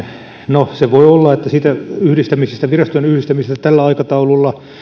no voi olla että siitä virastojen yhdistämisestä tällä aikataululla